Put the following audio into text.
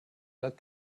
not